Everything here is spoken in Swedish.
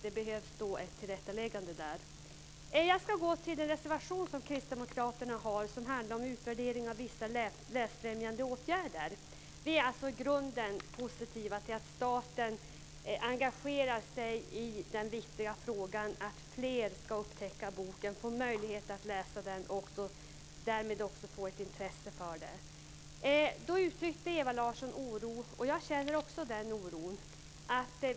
Det behövdes ett tillrättaläggande i fråga om detta. Kristdemokraterna har en reservation som handlar om utvärdering av vissa läsfrämjande åtgärder. Vi är i grunden positiva till att staten engagerar sig i den viktiga frågan att fler ska upptäcka boken, få möjlighet att läsa den och att därmed också få ett intresse för att läsa. Ewa Larsson uttryckte oro. Jag känner också denna oro.